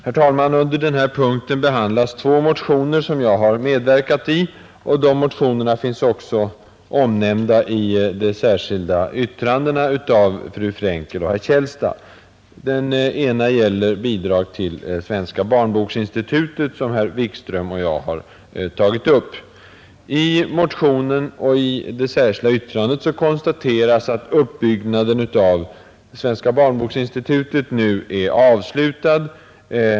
Herr talman! Under denna punkt behandlas två motioner som jag har — Bidrag till medverkat i, och de motionerna finns också omnämnda i de särskilda — särskilda kulturella yttrandena av fru Frankel och herr Källstad. ändamål, m.m. Den ena motionen gäller frågan om bidrag till Svenska barnboksinstitutet, som herr Wikström och jag har tagit upp. I motionen och i det särskilda yttrandet konstateras att uppbyggnaden av Svenska barnboksinstitutet nu är avslutad.